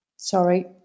Sorry